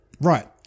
right